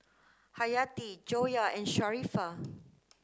Hayati Joyah and Sharifah